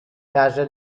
casa